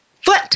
foot